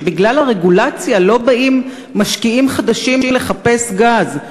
שבגלל הרגולציה לא באים משקיעים חדשים לחפש גז,